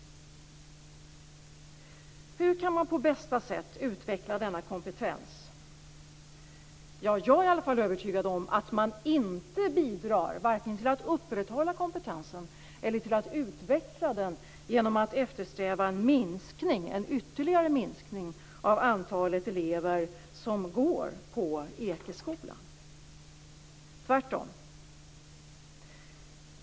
Hur kan man på bästa sätt utveckla denna kompetens? Jag är i alla fall övertygad om att man inte bidrar vare sig till att upprätthålla kompetensen eller till att utveckla den genom att eftersträva en ytterligare minskning av antalet elever som går på Ekeskolan - tvärtom.